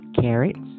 carrots